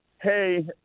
hey